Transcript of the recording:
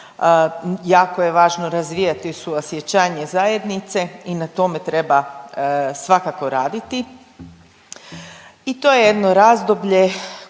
Jako je važno razvijati suosjećanje zajednice i na tome treba svakako raditi i to je jedno razdoblje